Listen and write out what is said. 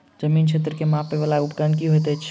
जमीन क्षेत्र केँ मापय वला उपकरण की होइत अछि?